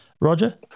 Roger